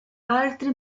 altri